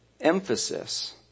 emphasis